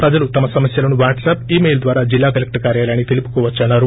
ప్రజలు తమ సమస్యలను వాట్సప్ ఇ మెయిల్ ద్వారా జిల్లా కలెక్టర్ కార్యాలయానికి తెలుపుకోవచ్చన్నారు